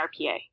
RPA